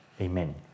Amen